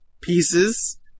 pieces